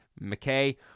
McKay